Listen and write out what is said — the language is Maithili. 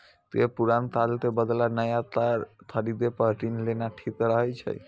तें पुरान कार के बदला नया कार खरीदै पर ऋण लेना ठीक रहै छै